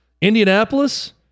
Indianapolis